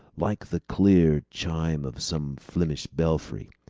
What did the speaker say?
like the clear chime of some flemish belfry,